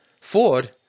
Ford